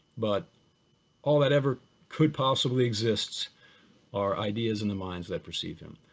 but all that ever could possibly exist are ideas in the minds that perceive him.